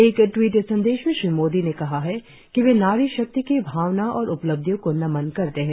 एक ट्वीट संदेश में श्री मोदी ने कहा है कि वे नारी शक्ति की भावना और उपलब्धियों को नमन करते हैं